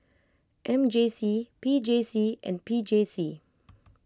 M J C P J C and P J C